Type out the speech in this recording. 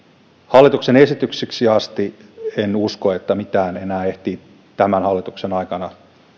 hallituksen esitykseksi asti mitään enää ehtii tämän hallituksen aikana